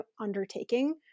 undertaking